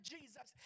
Jesus